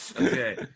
Okay